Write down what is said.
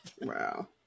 Wow